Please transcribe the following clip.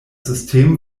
system